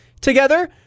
together